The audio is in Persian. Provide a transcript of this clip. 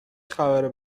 خبر